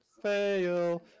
fail